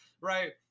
right